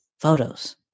photos